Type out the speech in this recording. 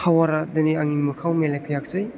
पावारा दिनै आंनि मोखाङाव मिलाय फैयाखिसै